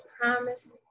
promise